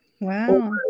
Wow